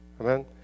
amen